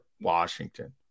Washington